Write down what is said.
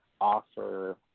offer